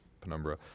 penumbra